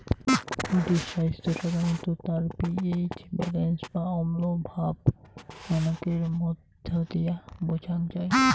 মাটির স্বাইস্থ্য সাধারণত তার পি.এইচ ব্যালেন্স বা অম্লভাব মানকের মইধ্য দিয়া বোঝাং যাই